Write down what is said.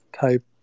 type